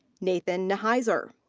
nathan nihiser.